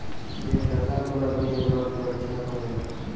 যে টাকা গুলা দিঁয়ে লক ব্যবছা ক্যরে